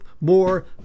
more